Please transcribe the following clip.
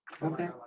Okay